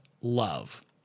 love